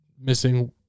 missing